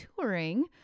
touring